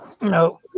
no